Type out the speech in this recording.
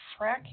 Fracking